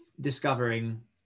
discovering